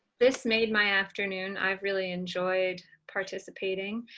this made my afternoon. i've really enjoyed participating,